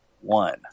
one